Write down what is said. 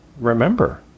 remember